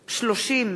מיכאלי,